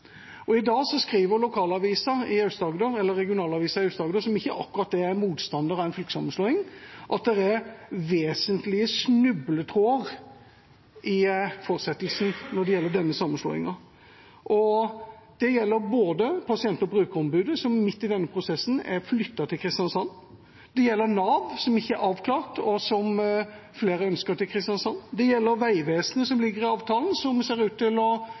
Arendal. I dag skriver regionalavisen i Aust-Agder, som ikke akkurat er motstander av en fylkessammenslåing, at det er vesentlige snubletråder i fortsettelsen når det gjelder denne sammenslåingen. Det gjelder pasient- og brukerombudet, som midt i denne prosessen er flyttet til Kristiansand, det gjelder Nav, som ikke er avklart, og som flere ønsker å få til Kristiansand, det gjelder Vegvesenet, som ligger i avtalen, og som ser ut til ikke å